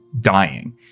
dying